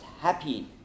happy